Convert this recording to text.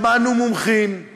אבל מזלי שאני סגן יושב-ראש הכנסת,